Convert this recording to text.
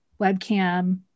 webcam